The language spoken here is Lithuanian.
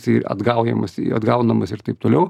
jisai atgaujamas atgaunamas ir taip toliau